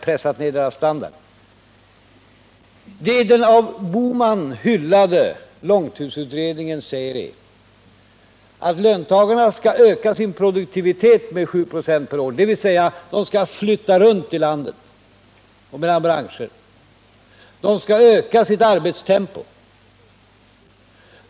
Den av herr Bohman hyllade långtidsutredningen säger att löntagarna skall öka sin produktivitet med 7 96 per år, dvs. att de skall flytta runt i landet och mellan olika branscher. De skall öka sitt arbetstempo.